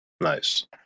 Nice